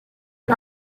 and